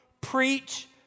Preach